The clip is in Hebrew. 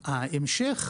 בהחלט.